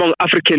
African